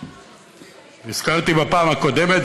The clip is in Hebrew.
הזכרתי בפעם הקודמת,